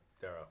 Darrow